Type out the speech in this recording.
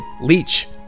Leech